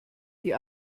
die